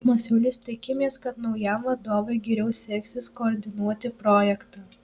masiulis tikimės kad naujam vadovui geriau seksis koordinuoti projektą